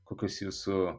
kokios jūsų